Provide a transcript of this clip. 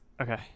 Okay